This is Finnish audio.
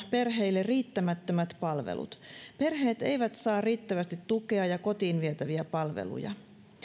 perheille riittämättömät palvelut perheet eivät saa riittävästi tukea ja kotiin vietäviä palveluja